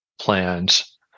plans